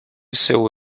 seu